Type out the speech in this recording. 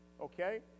okay